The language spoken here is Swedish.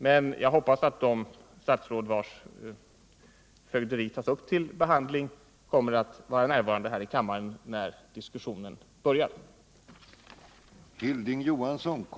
Men jag hoppas att de statsråd vilkas fögderi tas upp till behandling kommer att vara närvarande här i kammaren när diskussionen i de olika delfrågorna börjar.